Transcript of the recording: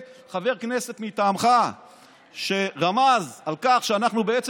כולל חבר כנסת מטעמך שרמז על כך שאנחנו בעצם